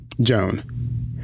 Joan